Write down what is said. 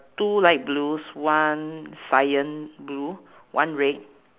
two light blues one cyan blue one red